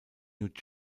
new